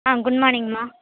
ஆ good மார்னிங்ம்மா